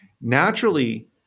Naturally